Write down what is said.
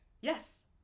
Yes